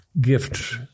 gift